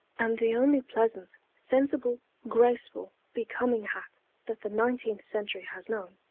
and the only pleasant, sensible, graceful, becoming hat that the nineteenth century has known,